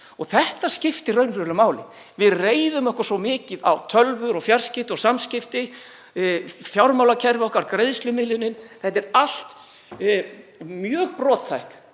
að þetta skipti raunverulega máli. Við reiðum okkur svo mikið á tölvur, fjarskipti og samskipti. Fjármálakerfið okkar, greiðslumiðlunin, þetta er allt mjög brothætt